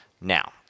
Now